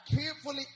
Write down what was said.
carefully